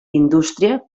indústria